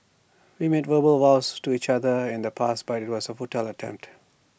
we made verbal vows to each other in the past but IT was A futile attempt